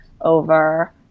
over